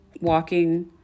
walking